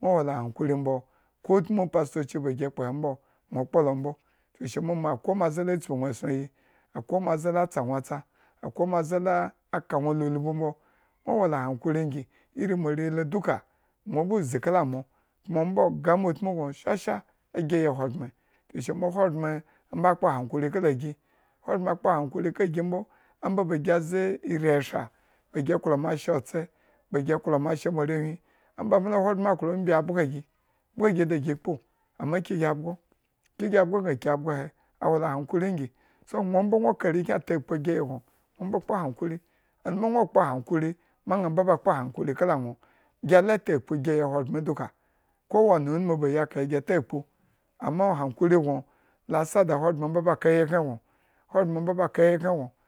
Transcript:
wo la hankuri mbo, ko utmu pastoci ba gi ekpo he mbo nwo kpo lo mbo chuku shi akwai maʒe la tsibi nwo ayi, akwai ma ʒe la tsa nwo atsa akwai ma ʒe la kanwo la eupu mbo, nwo wola hankuri gi iri moarenwhi duka, mo bo ʒi kala mogno ba gama utmu nwo nwo shasha agiyin ahgbren. chuku shi mbo ahogbren mbo akpo hakuri kala gi, ahogbren akpo hankuri mbo omba bagi a ʒe iri esha ba gi klo mashe otse bagi klo mashe moarenwhi, ombame lo ahogbren klo ebin abaga gi, baga gi da gi ekpu, ammaaki gi abgo kigi abgo banki abgo he, a wo la hankuri gi, so gno mbo nwo ka arenkyen atakpu agiyin gno, gno mbo kpo hankuri alu mema gno kpo hankuri ma nã mbo ba ba kpo hankuri kalagno gila takpu agiyin ahogbren duka. kowane unumu ba yi akhre gi takpu, ama hankuri nwo la sa da ahogbren mbo ba aka ayikhren no aka.